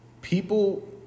people